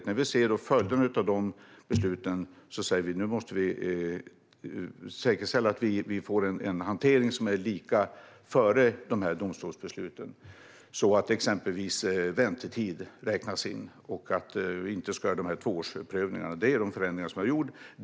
När vi ser följderna av de besluten har vi sagt att vi måste få en hantering som är likadan som den var före besluten, så att exempelvis väntetid räknas in och att det inte ska göras några tvåårsprövningar. Detta är de förändringar som har gjorts.